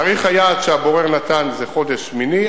תאריך היעד שהבורר נתן זה חודש אוגוסט.